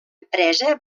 empresa